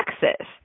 Texas